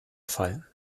fall